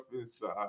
inside